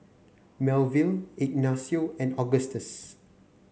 Melville Ignacio and Augustus